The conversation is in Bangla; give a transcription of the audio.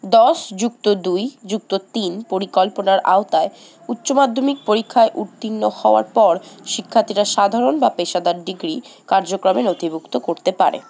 দশ যুক্ত দুই যুক্ত তিন পরিকল্পনার আওতায় উচ্চমাধ্যমিক পরীক্ষায় উত্তীর্ণ হওয়ার পর শিক্ষার্থীরা সাধারণ বা পেশাদার ডিগ্রি কার্যক্রমে নথিভুক্ত করতে পারে